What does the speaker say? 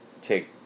take